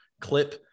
clip